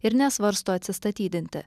ir nesvarsto atsistatydinti